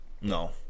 No